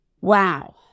Wow